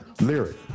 lyric